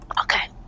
Okay